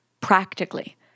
practically